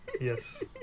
yes